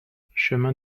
chemin